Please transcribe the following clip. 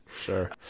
Sure